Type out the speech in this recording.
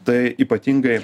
tai ypatingai